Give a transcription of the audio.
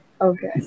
Okay